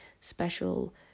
special